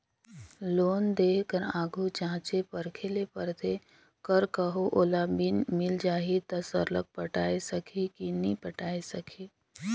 loan देय कर आघु जांचे परखे ले परथे कर कहों ओला मिल जाही ता सरलग पटाए सकही कि नी पटाए सकही